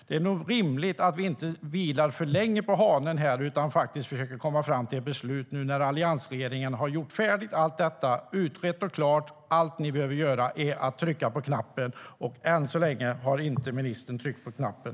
Det är rimligt att inte vila för länge på hanen, utan att man faktiskt försöker komma fram till ett beslut, nu när alliansregeringen har gjort färdigt och utrett allt detta. Allt ni behöver göra är att trycka på knappen. Än så länge har ministern inte tryckt på knappen.